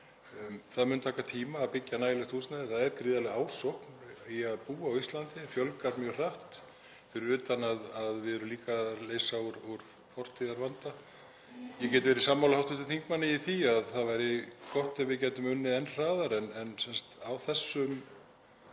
Það mun taka tíma að byggja nægilegt húsnæði. Gríðarleg ásókn er í að búa á Íslandi og hér fjölgar mjög hratt, fyrir utan að við erum líka að leysa úr fortíðarvanda. Ég get verið sammála hv. þingmanni í því að það væri gott ef við gætum unnið enn hraðar, en á þessu